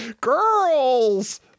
Girls